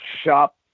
shop